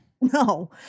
No